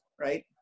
right